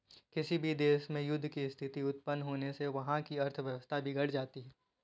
किसी भी देश में युद्ध की स्थिति उत्पन्न होने से वहाँ की अर्थव्यवस्था बिगड़ जाती है